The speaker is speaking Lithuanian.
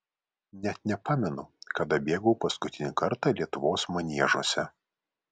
net nepamenu kada bėgau paskutinį kartą lietuvos maniežuose